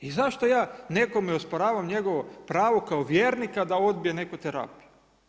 I zašto ja nekome usporavam njegovo pravo kao vjernika, da odbije neku terapiju.